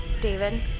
David